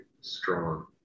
strong